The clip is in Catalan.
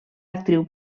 actriu